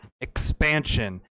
expansion